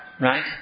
right